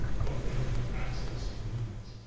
but they don't have access to means.